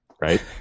Right